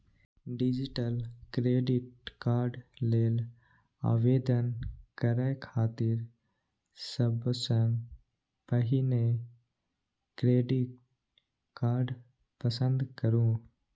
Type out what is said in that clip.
digitally credit card लेल आवेदन करै खातिर सबसं पहिने क्रेडिट कार्ड पसंद करू